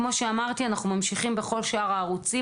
כמו שאמרתי, אנחנו ממשיכים בכל שאר הערוצים.